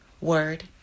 word